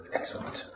Excellent